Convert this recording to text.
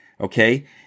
Okay